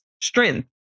strength